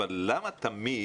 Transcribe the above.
אבל למה תמיד